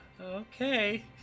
Okay